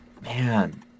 Man